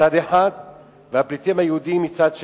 מצד אחד והפליטים היהודים מצד שני.